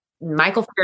Michael